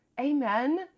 Amen